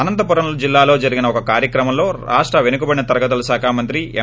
అనంతపురం జిల్లాలో జరిగిన ఒక కార్యక్రమంలో రాష్ట వెనకబడిన తరగతులు శాఖ మంత్రి ఎం